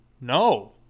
No